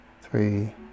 three